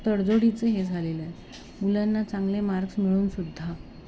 तडजोडीचं हे झालेलं आहे मुलांना चांगले मार्क्स मिळूनसुद्धा